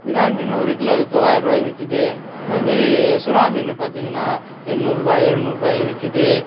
விரால் மீன் ஒரு கிலோ தொள்ளாயிர ரூபாய் விற்கிது அது மாதிரி சுறா மீன் பார்த்தீங்கன்னா எண்ணூறு ரூபா ஏழ்நூறு ரூபாயும் விற்கிது